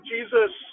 Jesus